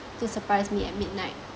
to surprise me at midnight